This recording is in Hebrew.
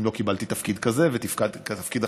אם לא קיבלתי תפקיד כזה ותפקיד אחר?